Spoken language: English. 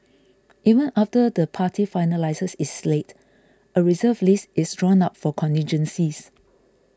even after the party finalises its slate a Reserve List is drawn up for contingencies